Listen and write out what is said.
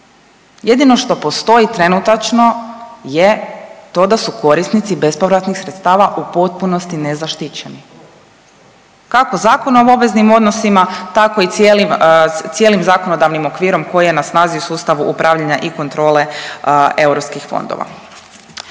Jedino što postoji trenutačno je to da su korisnici bespovratnih sredstava u potpunosti nezaštićeni, kako Zakonom o obveznim odnosima, tako i cijelim, cijelim zakonodavnim okvirom koji je na snazi u sustavu upravljanja i kontrole EU fondova.